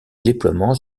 déploiement